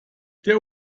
der